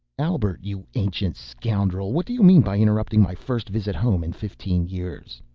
albert, you ancient scoundrel. what do you mean by interrupting my first visit home in fifteen years?